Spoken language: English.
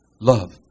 love